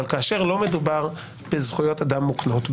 אבל כאשר לא מדובר בזכויות אדם מוקנות,